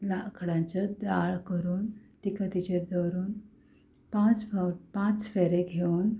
लाखडांचे दाळ करून तिका तिचेर दवरून पांच फावट पांच फेरे घेवन